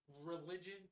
religion